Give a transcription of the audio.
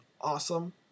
awesome